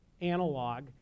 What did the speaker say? analog